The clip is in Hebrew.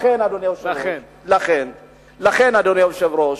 לכן, אדוני היושב-ראש,